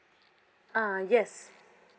ah yes